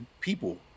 people